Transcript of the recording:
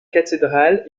cathédrale